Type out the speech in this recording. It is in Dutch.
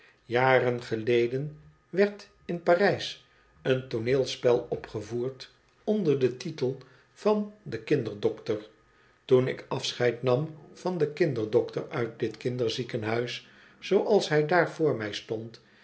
jaren geleden werd in parys een toonoelspel opgevoerd onder den titel van de kinderdokter toen ik afscheid nam van den kinderdokter uit dit kinderziekenhuis zooals hij daar voor mij stond